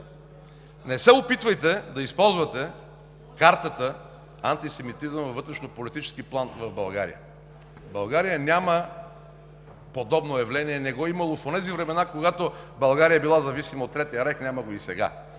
Не се опитвайте да използвате картата антисемитизъм във вътрешнополитически план в България. В България няма подобно явление, не го е имало в онези времена, когато България е била зависима от Третия райх, няма го и сега.